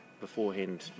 beforehand